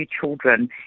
children